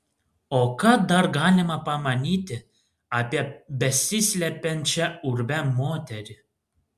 o ką dar galima pamanyti apie besislepiančią urve moterį